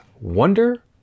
wonder